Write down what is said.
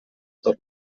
tot